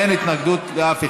אין התנגדות לאף אחד,